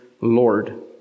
Lord